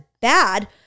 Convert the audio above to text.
bad